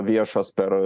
viešas per